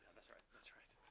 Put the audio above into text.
that's right. that's right.